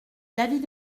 l’avis